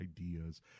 ideas